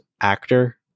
actor